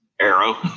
arrow